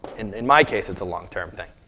in my case it's a long term thing.